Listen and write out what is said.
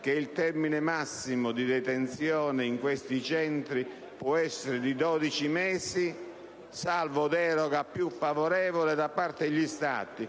che il termine massimo di detenzione in questi Centri può essere di 12 mesi, salvo deroga più favorevole da parte degli Stati.